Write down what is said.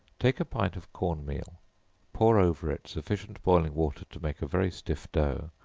take a pint of corn meal pour over it sufficient boiling water to make a very stiff dough,